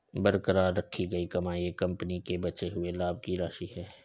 बरकरार रखी गई कमाई एक कंपनी के बचे हुए लाभ की राशि है